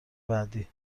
بعدی